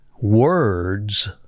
words